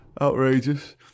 Outrageous